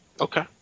Okay